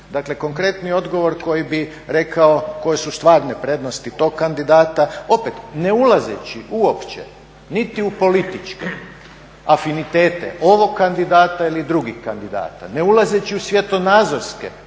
Dakle, konkretni odgovor koji bi rekao koje su stvarne prednosti tog kandidata. Opet, ne ulazeći uopće niti u političke afinitete ovog kandidata ili drugih kandidata, ne ulazeći u svjetonazorske